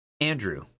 Andrew